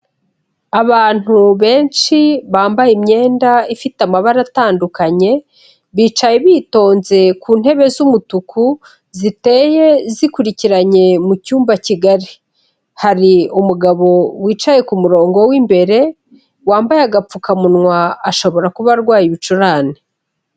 Abantu benshi bambaye imyenda ifite amabara atandukanye, bicaye bitonze ku ntebe z'umutuku ziteye zikurikiranye mu cyumba kigari, hari umugabo wicaye ku murongo wi'imbere wambaye agapfukamunwa ashobora kuba arwaye ibicurane.